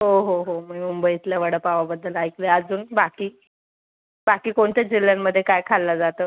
हो हो हो मी मुंबईतल्या वडापावाबद्दल ऐकलं आहे अजून बाकी बाकी कोणत्या जिल्ह्यांमध्ये काय खाल्लं जातं